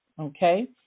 Okay